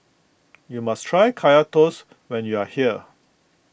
you must try Kaya Toast when you are here